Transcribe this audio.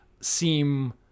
seem